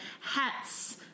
Hats